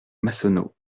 massonneau